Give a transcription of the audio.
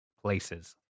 places